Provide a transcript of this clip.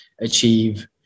achieve